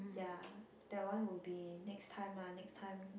ya that one will be next time ah next time